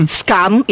scam